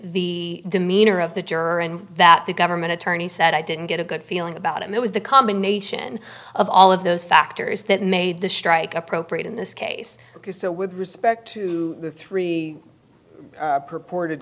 the demeanor of the juror and that the government attorney said i didn't get a good feeling about it was the combination of all of those factors that made the strike appropriate in this case because so with respect to the three purported